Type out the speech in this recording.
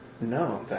No